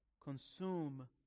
consume